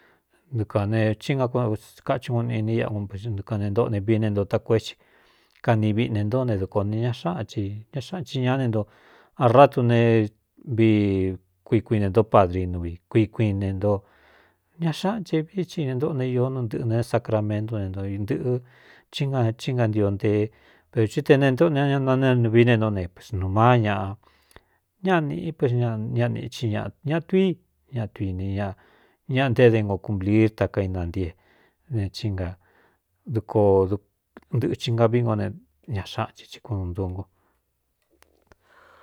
Ntukān ne ía kaxu ku n ini ákuun ntkān ne ntoꞌo ne vine nto ta koo é i kani viꞌne ntó ne dukoo ni ña xáꞌa chi ña xáꞌanchi ñá ni nto a ráa du ne vii kui kuinē ntó padrinu vi kui kuiꞌin ne nto ña xáꞌancha vií i ne ntóꞌo ne īó n ntɨꞌɨ ne sacramentú ne o ntɨꞌɨ í nachí ngantio ntee pero tɨ te ne ntoꞌo nñ nanevií ne ntó ne nuu máá ñaꞌa ñáꞌa nīꞌi p ñaa nīꞌi ña tuí ñatuini ññaꞌa ntéé de go kunpliír takaina ntí e ne ína dkoo dntɨꞌɨci nga viꞌ ngo ne ña xáꞌan che í kunu ntúngu.